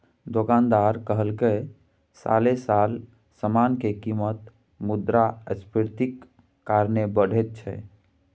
दोकानदार कहलकै साले साल समान के कीमत मुद्रास्फीतिक कारणे बढ़ैत छै